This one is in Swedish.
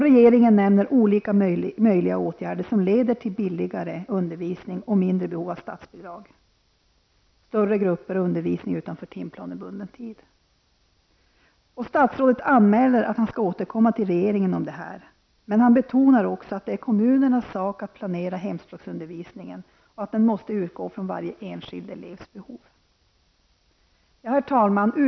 Regeringen nämner olika möjliga åtgärder som leder till en billigare undervisning och ett minskat behov av statsbidrag -- större grupper och undervisning utanför timplanebunden tid. Statsrådet anmäler att han skall återkomma till regeringen om detta. Men han betonar också att det är kommunernas sak att planera hemspråksundervisningen och att man när det gäller denna måste utgå från varje enskild elevs behov. Herr talman!